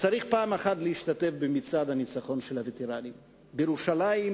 צריך פעם אחת להשתתף במצעד הניצחון של הווטרנים בירושלים,